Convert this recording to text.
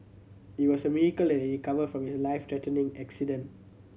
it was a miracle that he recovered from his life threatening accident